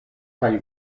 kaj